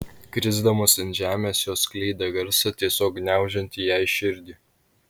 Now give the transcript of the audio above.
krisdamos ant žemės jos skleidė garsą tiesiog gniaužiantį jai širdį